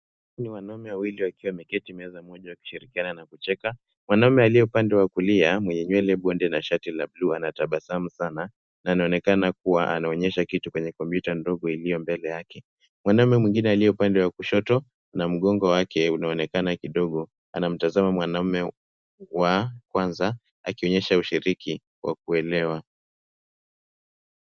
Hawa ni wanaume wawili wakiwa wameketi kwenye meza wakishirikiana na kucheka. Mwanaume aliye upande wa kulia mwenye nywele bonde la shati la bluu na anatabasamu sana na anaonekana kuwa anaonyesha kitu kwenye kompyuta ndogo iliyo mbele yake. Mwanaume mwingine aliye upande wa kushoto na mgongo wake unaonekana kidogo anamtazama mwanaume wa kwanza akionyesha ushiriki wa kuelewa.